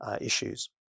issues